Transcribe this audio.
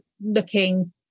looking